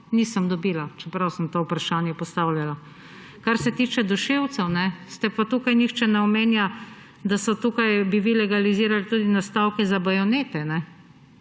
nisem dobila, čeprav sem to vprašanje postavljala. Kar se tiče dušilcev, pa tukaj nihče ne omenja, da bi vi legalizirali tudi nastavke za bajonete.